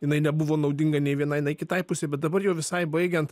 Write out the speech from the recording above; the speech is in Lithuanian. jinai nebuvo naudinga nei vienai nai kitai pusei bet dabar jau visai baigiant